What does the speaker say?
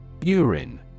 Urine